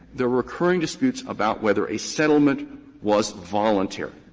there are recurring disputes about whether a settlement was voluntary.